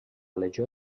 legió